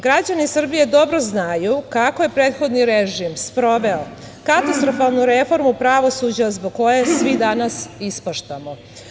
Građani Srbije dobro znaju kako je prethodni režim sproveo katastrofalnu reformu pravosuđa zbog koje svi danas ispaštamo.